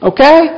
Okay